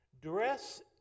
dress